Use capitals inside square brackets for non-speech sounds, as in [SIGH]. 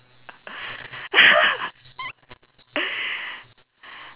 [LAUGHS]